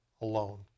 alone